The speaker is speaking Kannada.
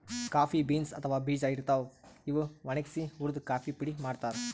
ಕಾಫಿ ಬೀನ್ಸ್ ಅಥವಾ ಬೀಜಾ ಇರ್ತಾವ್, ಇವ್ ಒಣಗ್ಸಿ ಹುರ್ದು ಕಾಫಿ ಪುಡಿ ಮಾಡ್ತಾರ್